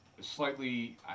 slightly